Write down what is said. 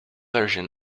version